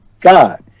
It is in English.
God